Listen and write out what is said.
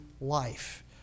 life